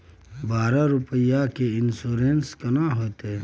बारह रुपिया के इन्सुरेंस केना होतै?